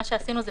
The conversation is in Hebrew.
אז מה שעשינו זה